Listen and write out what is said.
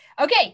Okay